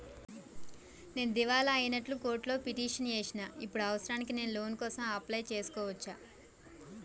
నేను దివాలా అయినట్లు కోర్టులో పిటిషన్ ఏశిన ఇప్పుడు అవసరానికి నేను లోన్ కోసం అప్లయ్ చేస్కోవచ్చా?